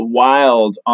wild